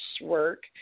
work